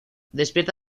despierta